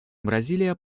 бразилия